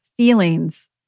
Feelings